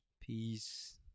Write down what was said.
peace